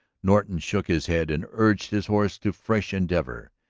norton shook his head and urged his horse to fresh endeavor.